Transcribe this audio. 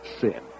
sin